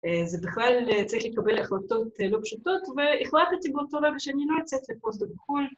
‫זה בכלל צריך לקבל החלטות לא פשוטות, ‫והחלטתי באותו רגע שאני לא יוצאת ‫לפוסט דוק בחו"ל.